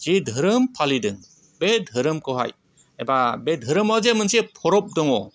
जि धोरोम फालिदों बे धोरोमखौहाय एबा धोरोमाव जे मोनसे फरब दङ